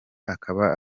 akaba